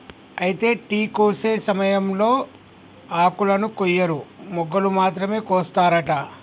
అయితే టీ కోసే సమయంలో ఆకులను కొయ్యరు మొగ్గలు మాత్రమే కోస్తారట